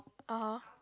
(aha)